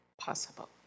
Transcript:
possible